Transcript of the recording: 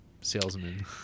salesman